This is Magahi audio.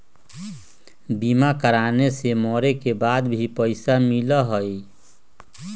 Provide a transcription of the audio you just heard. बीमा कराने से मरे के बाद भी पईसा मिलहई?